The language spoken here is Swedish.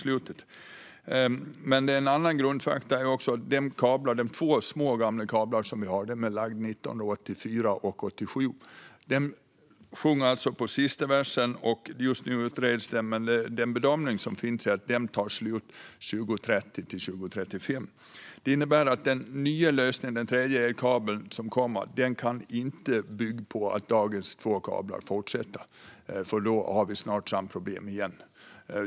Andra grundfakta handlar om att de två små gamla kablar som vi har är lagda 1984 och 1987. De sjunger alltså på sista versen. Just nu utreds detta. Men enligt bedömningar tar de slut 2030-2035. Det innebär att den nya lösningen med den tredje kabeln inte kan bygga på att dagens två kablar kommer att fortsätta vara i drift. Då har vi snart samma problem igen.